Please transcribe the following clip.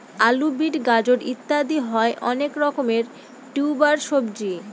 আলু, বিট, গাজর ইত্যাদি হয় অনেক রকমের টিউবার সবজি